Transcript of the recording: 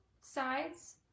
sides